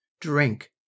Drink